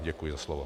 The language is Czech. Děkuji za slovo.